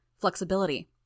Flexibility